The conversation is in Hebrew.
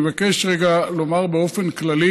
אני מבקש רגע לומר באופן כללי: